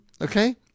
Okay